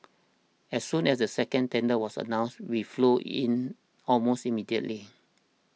as soon as the second tender was announced we flew in almost immediately